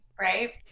right